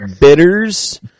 bitters